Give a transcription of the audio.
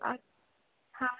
हाँ